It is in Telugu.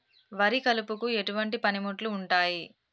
వరి కలుపుకు ఎటువంటి పనిముట్లు ఉంటాయి?